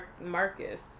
Marcus